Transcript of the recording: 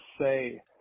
say